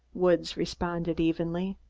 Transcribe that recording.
woods responded evenly.